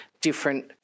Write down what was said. different